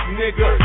nigga